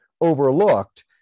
overlooked